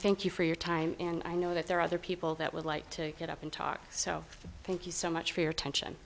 thank you for your time and i know that there are other people that would like to get up and talk so thank you so much for your attention